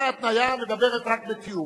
תודה רבה.